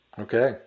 Okay